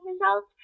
results